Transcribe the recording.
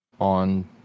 on